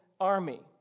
army